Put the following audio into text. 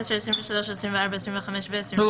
12, 23, 24, 25 ו-27